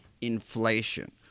inflation